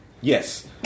Yes